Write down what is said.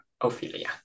Ophelia